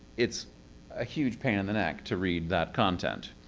it's a huge pain in the neck to read that content.